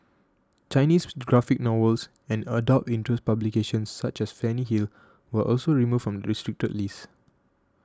Chinese graphic novels and adult interest publications such as Fanny Hill were also removed from the restricted list